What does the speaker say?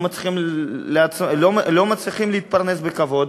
לא מצליחים להתפרנס בכבוד.